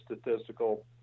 statistical